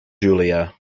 julia